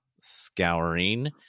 scouring